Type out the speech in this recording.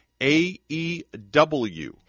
AEW